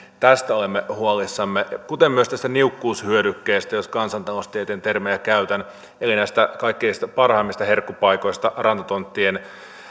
tästä olemme huolissamme kuten myös tästä niukkuushyödykkeestä jos kansantaloustieteen termejä käytän eli näistä kaikkein parhaimmista herkkupaikoista rantatonttien